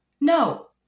no